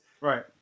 Right